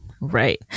Right